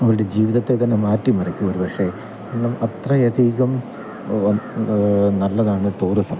അവരുടെ ജീവിതത്തെത്തന്നെ മാറ്റിമറിക്കും ഒരുപക്ഷെ കാരണം അത്രയധികം നല്ലതാണ് ടൂറിസം